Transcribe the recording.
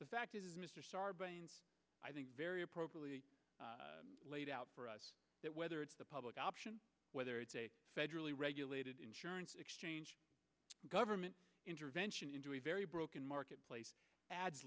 the fact is mr starr i think very appropriately laid out for us that whether it's the public option whether it's a federally regulated insurance exchange government intervention into a very broken marketplace ad